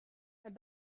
and